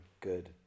good